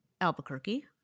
Albuquerque